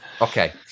Okay